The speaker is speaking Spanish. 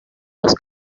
los